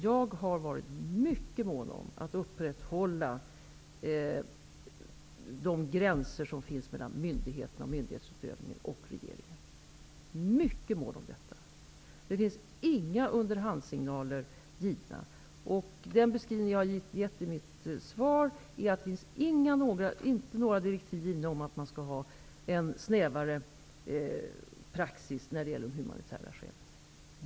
Jag har varit mycket mån om att upprätthålla de gränser som finns mellan myndighetsutövning och regeringen. Inga underhandssignaler har givits. Jag har sagt i mitt svar att det har inte givits några direktiv om att det skall vara en snävare praxis i fråga om de humanitära skälen.